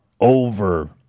Over